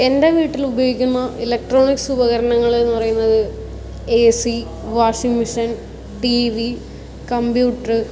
എൻ്റെ വീട്ടിലുപയോഗിക്കുന്ന ഇലക്ട്രോണിക്സ് ഉപകാരണങ്ങളെന്ന് പറയുന്നത് A C washing machine T V computer